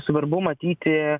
svarbu matyti